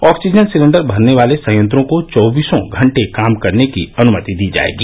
oxygen cylinder भरने वाले संयंत्रों को चौबीसों घंटे काम करने की अनुमति दी जाएगी